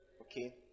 okay